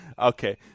okay